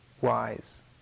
wise